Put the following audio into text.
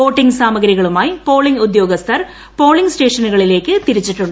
voting സാമഗ്രികളുമായി polling ഉദ്യോഗസ്ഥർ polling സ്റ്റേഷനുകളിലേക്ക് തിരിച്ചു